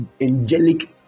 angelic